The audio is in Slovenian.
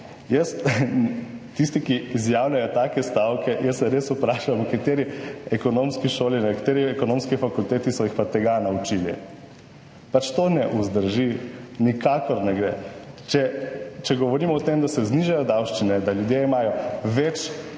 Tisti, ki izjavljajo take stavke, jaz se res vprašam, v kateri ekonomski šoli, na kateri ekonomski fakulteti so jih pa tega naučili. Pač, to ne vzdrži, nikakor ne gre. Če govorimo o tem, da se znižajo davščine, da imajo ljudje več